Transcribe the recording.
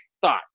thought